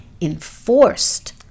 enforced